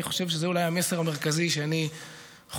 אני חושב שזה אולי המסר המרכזי שאני חולק